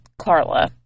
Carla